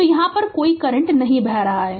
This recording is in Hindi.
तो यहाँ कोई करंट नहीं बह रहा है